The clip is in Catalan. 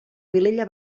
vilella